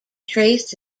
traced